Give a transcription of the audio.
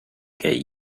get